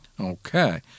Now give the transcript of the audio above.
Okay